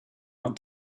out